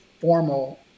formal